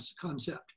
concept